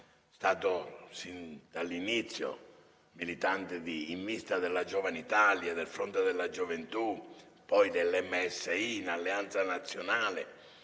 sin dall'inizio, militante in vista della Giovane Italia, del Fronte della gioventù, poi del MSI e in Alleanza Nazionale.